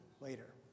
later